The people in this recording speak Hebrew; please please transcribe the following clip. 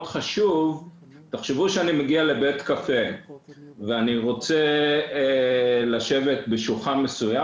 תחשבו שאני מגיע לבית קפה ואני רוצה לשבת בשולחן מסוים.